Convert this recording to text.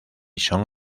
son